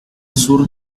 sur